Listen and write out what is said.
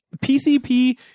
PCP